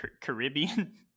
Caribbean